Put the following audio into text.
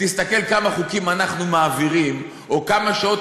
תסתכל כמה חוקים אנחנו מעבירים או כמה שעות